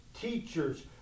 teachers